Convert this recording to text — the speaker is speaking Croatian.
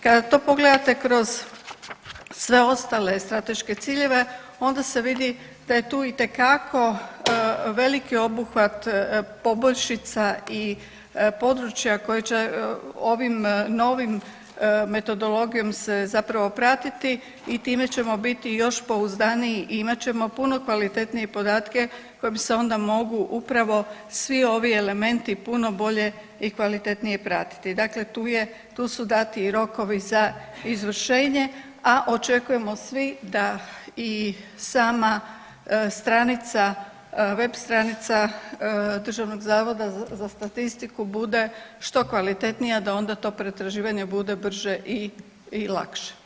Kada to pogledate kroz sve ostale strateške ciljeve onda se vidi da je tu itekako veliki obuhvat poboljšica i područja koja će ovim novim metodologijom se zapravo pratiti i time ćemo biti još pouzdaniji i imat ćemo puno kvalitetnije podatke koji se onda mogu upravo svi ovi elementi puno bolje i kvalitetnije pratiti, dakle tu je, tu su dati i rokovi za izvršenje, a očekujemo svi da i sama stranica, web stranica Državnog zavoda za statistiku bude što kvalitetnija da onda to pretraživanje bude brže i, i lakše.